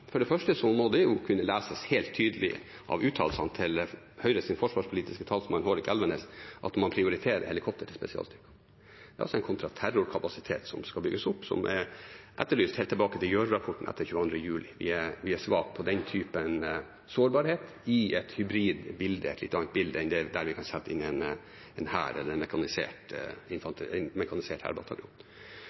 For det første – og det vil kunne leses helt tydelig av uttalelsene til Høyres forsvarspolitiske talsmann, Hårek Elvenes – prioriterer man helikoptre til spesialstyrkene. Det er også en kontraterrorkapasitet som skal bygges opp, som er etterlyst helt tilbake til Gjørv-rapporten etter 22. juli. Vi er svake på den typen sårbarhet i et hybrid bilde, et litt annet bilde enn der vi kan sette inn en hær, eller en mekanisert